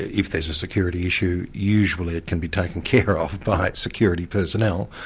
if there's a security issue, usually it can be taken care of by security personnel,